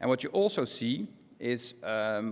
and what you also see is